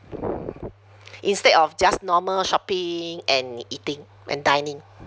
instead of just normal shopping and eating and dining